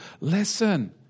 Listen